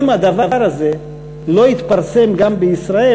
אם הדבר הזה לא יתפרסם גם בישראל,